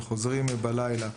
חוזרים בלילה,